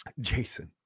Jason